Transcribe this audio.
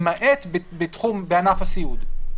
למעט בענף הסיעוד.